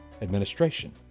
administration